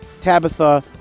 Tabitha